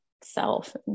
self